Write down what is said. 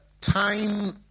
time